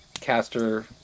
Caster